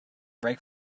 brake